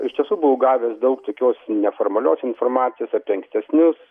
iš tiesų buvau gavęs daug tokios neformalios informacijos apie ankstesnius